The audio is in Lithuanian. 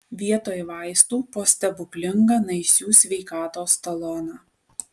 vietoj vaistų po stebuklingą naisių sveikatos taloną